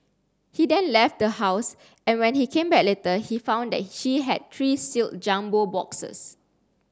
he then left the house and when he came back later he found that she had three sealed jumbo boxes